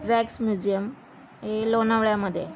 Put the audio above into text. wax museum हे लोणावळ्यामध्ये